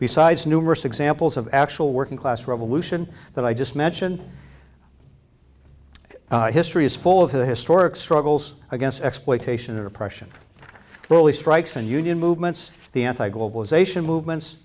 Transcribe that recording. besides numerous examples of actual working class revolution that i just mention history is full of the historic struggles against exploitation and oppression really strikes and union movements the anti globalization movements